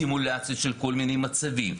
סימולציות של כל מיני מצבים,